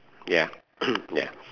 ya ya